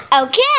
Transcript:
Okay